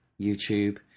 YouTube